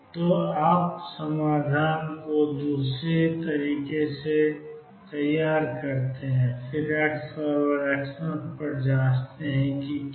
तो आप समाधान को दूसरे तरीके से तैयार करते हैं और फिर xx0 पर जांचते हैं कि क्या